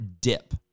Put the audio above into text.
dip